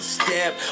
step